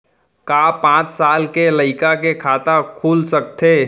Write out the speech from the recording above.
का पाँच साल के लइका के खाता खुल सकथे?